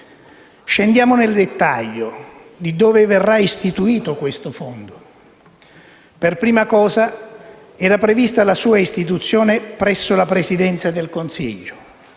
Scendiamo nel dettaglio e vediamo dove verrà istituito questo Fondo. Per prima cosa, era prevista la sua istituzione presso la Presidenza del Consiglio.